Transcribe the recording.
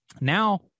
Now